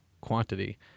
quantity